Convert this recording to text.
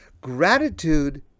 Gratitude